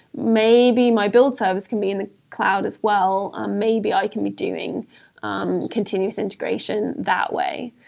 maybe my build service can be in the cloud as well. ah maybe i can be doing um continuous integration that way.